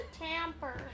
tamper